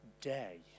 day